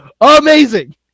Amazing